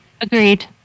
Agreed